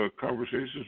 conversations